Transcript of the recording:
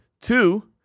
Two